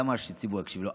למה שהציבור יקשיב לו.